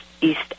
East